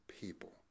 people